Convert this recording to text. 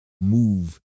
move